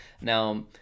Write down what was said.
now